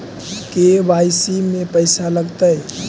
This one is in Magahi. के.वाई.सी में पैसा लगतै?